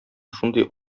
шундый